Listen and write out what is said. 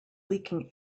leaking